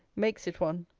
makes it one,